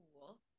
Cool